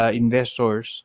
investors